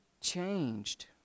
changed